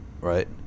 right